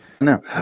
No